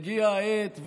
הגיעה העת,